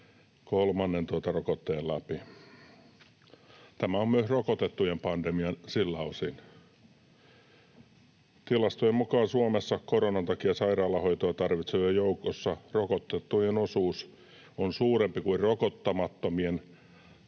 kolmannen rokotteen läpi. Tämä on myös rokotettujen pandemia siltä osin. Tilastojen mukaan Suomessa koronan takia sairaalahoitoa tarvitsevien joukossa rokotettujen osuus on suurempi kuin rokottamattomien.